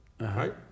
Right